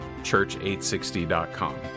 church860.com